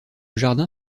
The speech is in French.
jardin